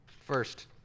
First